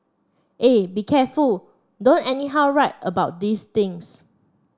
eh be careful don't anyhow write about these things